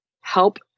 help